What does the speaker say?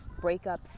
breakups